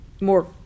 more